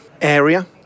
area